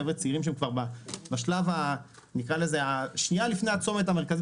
חבר'ה צעירים שהם שנייה לפני הצומת המרכזי